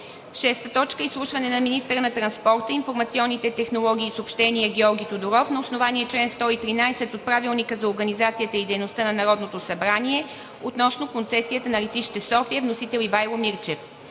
Капон. 6. Изслушване на министъра на транспорта, информационните технологии и съобщенията Георги Тодоров на основание чл. 113 от Правилника за организацията и дейността на Народното събрание относно концесията на летище София. Вносител – Ивайло Мирчев.